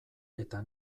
eta